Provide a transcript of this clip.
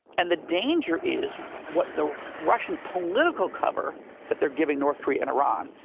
and the danger is, what the russian political cover that they are giving north korea and iran,